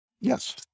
Yes